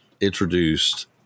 introduced